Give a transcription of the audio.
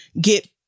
get